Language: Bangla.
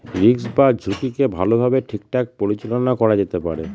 রিস্ক বা ঝুঁকিকে ভালোভাবে ঠিকঠাক পরিচালনা করা যেতে পারে